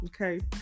Okay